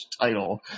title